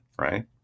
right